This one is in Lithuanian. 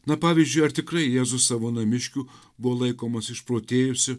na pavyzdžiui ar tikrai jėzus savo namiškių buvo laikomas išprotėjusiu